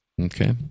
Okay